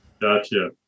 Gotcha